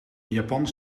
japan